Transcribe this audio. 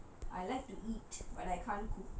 I like to eat but I can't cook